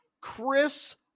Chris